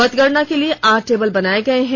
मतगणना के लिए आठ टेबल बनाए गए हैं